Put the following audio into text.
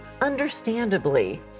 understandably